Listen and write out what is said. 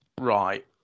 right